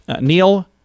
Neil